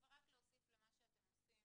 ורק להוסיף למה שאתם עושים